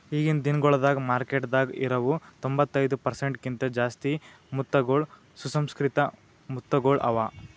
ಈಗಿನ್ ದಿನಗೊಳ್ದಾಗ್ ಮಾರ್ಕೆಟದಾಗ್ ಇರವು ತೊಂಬತ್ತೈದು ಪರ್ಸೆಂಟ್ ಕಿಂತ ಜಾಸ್ತಿ ಮುತ್ತಗೊಳ್ ಸುಸಂಸ್ಕೃತಿಕ ಮುತ್ತಗೊಳ್ ಅವಾ